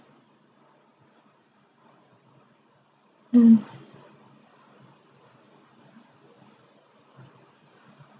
hmm